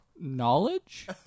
Knowledge